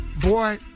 boy